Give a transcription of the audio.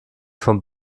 vom